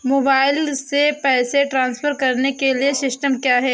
Mobile से पैसे transfer करने के लिए सिस्टम क्या है?